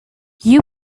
you